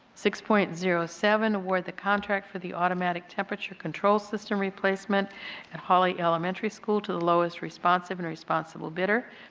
six point zero seven, award the contract of the automatic temperature control system replacement at halley elementary school to the lowest responsive and responsible bidder,